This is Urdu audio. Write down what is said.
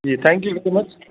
G thank you very much